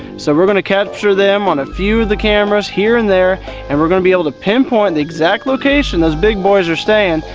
so we're going to capture them on a few of the cameras here and there and we're going to be able to pinpoint the exact location those big boys are staying,